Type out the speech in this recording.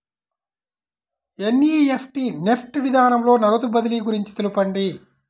NEFT NEFT విధానంలో నగదు బదిలీ గురించి తెలుపండి?